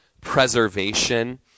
preservation